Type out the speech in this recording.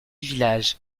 village